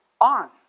on